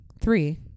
Three